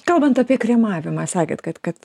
kalbant apie kremavimą sakėt kad kad